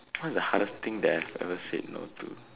what's the hardest thing that I've ever said no to